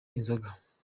inzoga